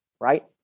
right